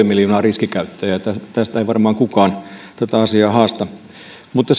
miljoonaa riskikäyttäjää ei varmaan kukaan tätä asiaa haasta mutta